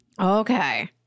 Okay